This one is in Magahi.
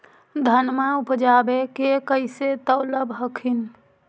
धनमा उपजाके कैसे तौलब हखिन?